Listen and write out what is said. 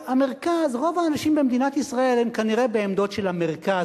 רוב האנשים במדינת ישראל הם כנראה בעמדות של המרכז,